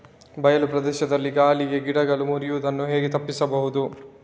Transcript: ಬಯಲು ಪ್ರದೇಶದಲ್ಲಿ ಗಾಳಿಗೆ ಗಿಡಗಳು ಮುರಿಯುದನ್ನು ಹೇಗೆ ತಪ್ಪಿಸಬಹುದು?